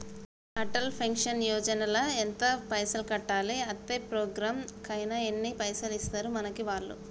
Atal pension Yojana ల ఎంత పైసల్ కట్టాలి? అత్తే ప్రోగ్రాం ఐనాక ఎన్ని పైసల్ ఇస్తరు మనకి వాళ్లు?